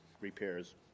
repairs